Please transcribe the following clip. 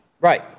Right